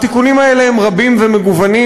התיקונים האלה הם רבים ומגוונים,